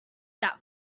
that